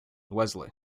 wesley